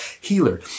healer